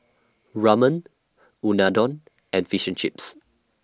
Ramen Unadon and Fish and Chips